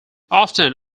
often